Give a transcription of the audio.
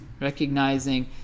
recognizing